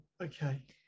Okay